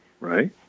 Right